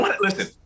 listen